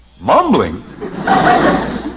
Mumbling